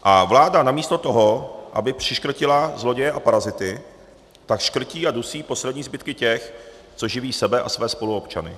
A vláda namísto toho, aby přiškrtila zloděje a parazity, tak škrtí a dusí poslední zbytky těch, co živí sebe a své spoluobčany.